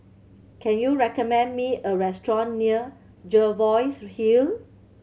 can you recommend me a restaurant near Jervois Hill